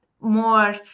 more